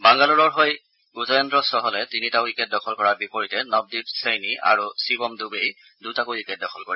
বাংগালোৰৰ হৈ য়ুজৱেন্দ্ৰ চহলে তিনিটা উইকেট দখল কৰাৰ বিপৰীতে নৱদ্বীপ ছেইনি আৰু শিৱম ডুবেই দুটাকৈ উইকেট দখল কৰে